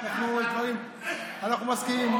אנחנו מסכימים.